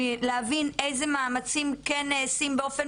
להבין איזה מאמצים כן נעשים באופן